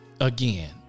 again